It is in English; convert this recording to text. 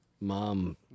Mom